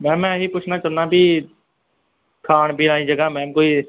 ma'am ਮੈਂ ਇਹੀ ਪੁੱਛਣਾ ਚਾਹੁੰਦਾ ਵੀ ਖਾਣ ਪੀਣ ਵਾਲੀ ਜਗ੍ਹਾ ਮੈਮ ਕੋਈ